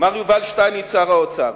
מר יובל שטייניץ, שר האוצר,